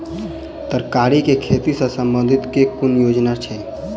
तरकारी केँ खेती सऽ संबंधित केँ कुन योजना छैक?